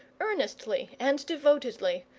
earnestly and devotedly,